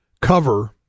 cover